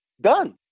done